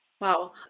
Wow